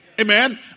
Amen